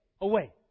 away